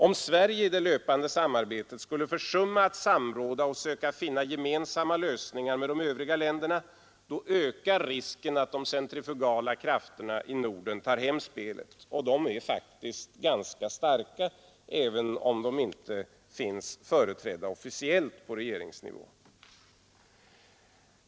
Om Sverige i det löpande samarbetet skulle försumma att samråda och försöka finna gemensamma lösningar med de övriga länderna, då ökar risken att de centrifugala krafterna i Norden tar hem spelet, och de är faktiskt ganska starka, även om de inte finns företrädda officiellt på regeringsnivå.